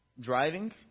Driving